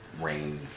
rain